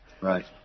Right